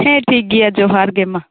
ᱦᱮᱸ ᱴᱷᱤᱠ ᱜᱮᱭᱟ ᱡᱚᱦᱟᱨ ᱜᱮ ᱢᱟ